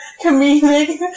comedic